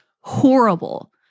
horrible